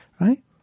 right